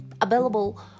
available